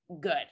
good